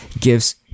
gives